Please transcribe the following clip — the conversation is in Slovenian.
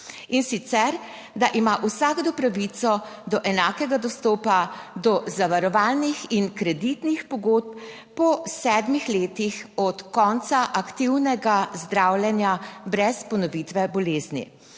in sicer da ima vsakdo pravico do enakega dostopa do zavarovalnih in kreditnih pogodb po sedmih letih od konca aktivnega zdravljenja brez ponovitve bolezni.